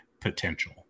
potential